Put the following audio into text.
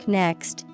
next